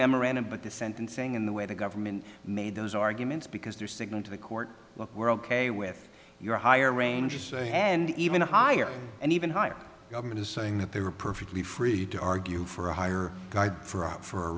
memorandum but the sentencing in the way the government made those arguments because their signal to the court look we're ok with your higher ranges and even higher and even higher government is saying that they were perfectly free to argue for a higher for out for a